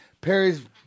Perry's